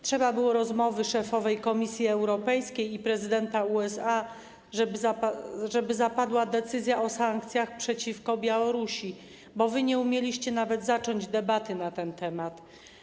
Trzeba było rozmowy szefowej Komisji Europejskiej i prezydenta USA, żeby zapadła decyzja o sankcjach przeciwko Białorusi, bo wy nie umieliście nawet zacząć debaty na ten temat.